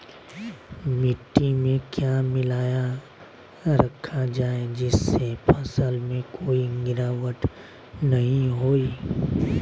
मिट्टी में क्या मिलाया रखा जाए जिससे फसल में कोई गिरावट नहीं होई?